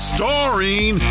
Starring